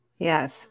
Yes